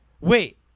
wait